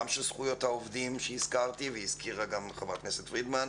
גם של זכויות העובדים שהזכרתי והזכירה גם חברת הכנסת פרידמן,